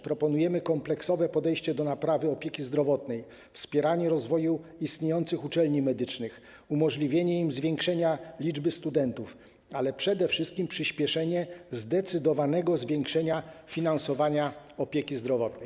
Proponujemy kompleksowe podejście do naprawy opieki zdrowotnej, wspieranie rozwoju istniejących uczelni medycznych, umożliwienie im zwiększenia liczby studentów, ale przede wszystkim przyspieszenie zdecydowanego zwiększenia finansowania opieki zdrowotnej.